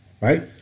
right